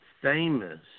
famous